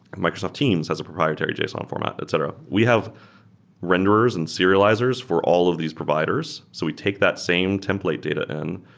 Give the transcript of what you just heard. microsoft teams has a proprietary json format, etc. we have renderers and serializers for all of these providers. so we take that same template data in,